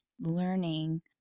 learning